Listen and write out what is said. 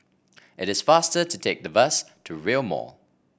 it is faster to take the bus to Rail Mall